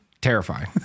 Terrifying